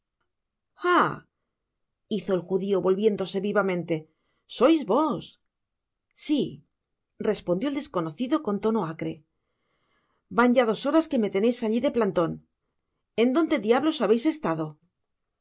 hizo el judio volviéndose vivamente sois vos si respondió el desconocido con tono acre van ya dos horas que me leneis alli de planton en dónde diablos habeis estado a